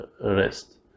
rest